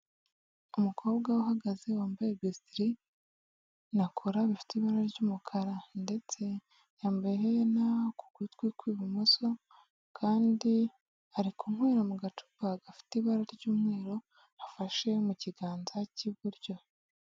Umukobwa uhagaze wambaye besitiri na kora bifite ibara ry'umukara ndetse yambaye iherena ku gutwi kw'ibumoso kandi ari kunywera mu gacupa gafite ibara ry'umweru afashe mu kiganza cy'iburyo.